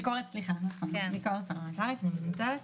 ביקורת פרלמנטרית, נכון,